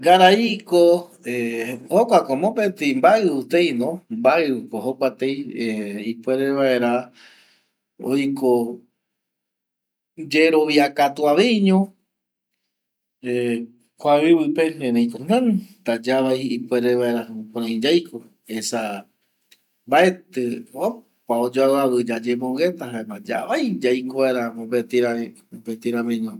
Garaiko ˂Hesitation˃ jokua ko mopeti mbaeu tei ipuere vaera oiko yerovia katu aveiño ˂Hesitation˃ kua ivi pe erei ko tata yavai ipuere vaera jukurei yaiko esa mbaeti opa oyoaviavi yayemongueta jaema yavai yaiko mopeti ramiño.